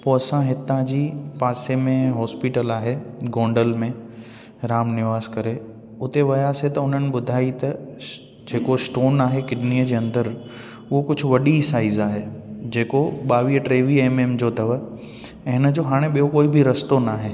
पोइ असां हितां जी पासे में हॉस्पिटल आहे गोंडल में राम निवास करे उते वियासि त उन्हनि ॿुधाई त जेको स्टोन आहे किडनीअ जे अंदरि उहा कुझु वॾी साइज़ आहे जेको ॿावीह टेवीह एम एम जो अथव ऐं हिन जो हाणे ॿियों कोई बि रस्तो न आहे